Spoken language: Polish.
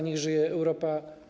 Niech żyje Europa!